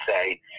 say